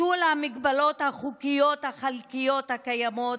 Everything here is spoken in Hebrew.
על ביטול ההגבלות החוקיות החלקיות הקיימות,